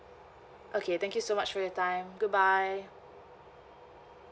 okay thank you so much for your time goodbye